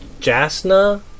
Jasna